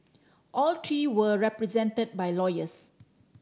all three were represented by lawyers